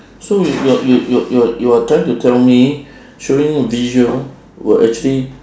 so you you're you're you're you're you're trying to tell me showing visual will actually